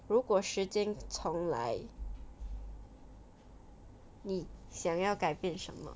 如果时间重来你想要改变什么